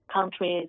countries